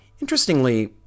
Interestingly